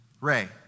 Ray